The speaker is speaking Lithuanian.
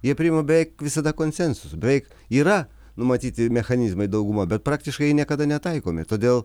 jie priima beveik visada konsensusu beveik yra numatyti mechanizmai dauguma bet praktiškai jie niekada netaikomi todėl